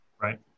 Right